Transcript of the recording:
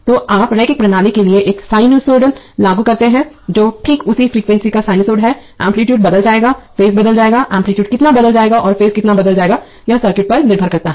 तो आप रैखिक प्रणाली के लिए एक साइनसॉइड लागू करते हैं जो ठीक उसी फ्रीक्वेंसी का साइनसॉइड है एम्पलीटूडे बदल जाएगा और फेज बदल जाएगा एम्पलीटूडे कितना बदल जाएगा और फेज कितना बदल जाएगा यह सर्किट पर निर्भर करता है